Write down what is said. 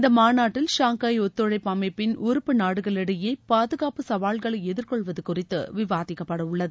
இந்த மாநாட்டில் ஷாங்காய் ஒத்துழைப்பு அமைப்பின் உருப்பு நாடுகளுக்கிடையே பாதுகாப்பு சவால்களை எதிர்கொள்வது குறித்து விவாதிக்கப்படவுள்ளது